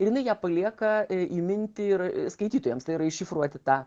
ir jinai ją palieka įminti ir skaitytojams tai yra iššifruoti tą